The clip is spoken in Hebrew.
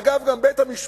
אגב, גם בית-המשפט,